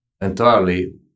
entirely